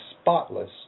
spotless